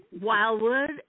Wildwood